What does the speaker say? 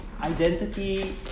identity